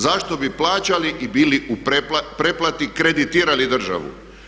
Zašto bi plaćali i bili u preplati, kreditirali državu?